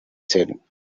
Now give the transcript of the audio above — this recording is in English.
said